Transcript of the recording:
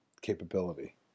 capability